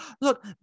look